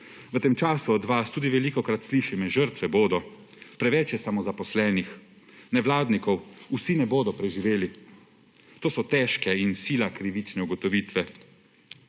V tem času od vas tudi velikokrat slišim »in žrtve bodo, preveč je samozaposlenih nevladnikov, vsi ne bodo preživeli«. To so težke in sila krivične ugotovitve.